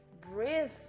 breathe